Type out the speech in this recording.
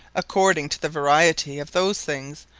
according to the variety of those things,